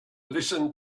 listened